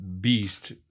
beast